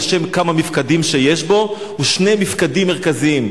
על שם כמה מִפקדים שיש בו ושני מִפקדים מרכזיים,